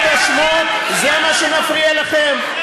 זה מה שמפריע לכם,